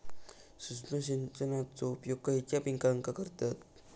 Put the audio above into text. सूक्ष्म सिंचनाचो उपयोग खयच्या पिकांका करतत?